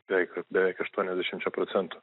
bei beveik aštuoniasdešimčia procentų